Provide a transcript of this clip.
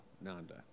Nanda